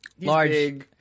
Large